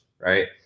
right